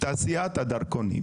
מתעשיית הדרכונים.